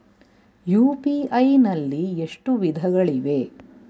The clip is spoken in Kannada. ಯು.ಪಿ.ಐ ನಲ್ಲಿ ಎಷ್ಟು ವಿಧಗಳಿವೆ?